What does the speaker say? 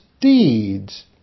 deeds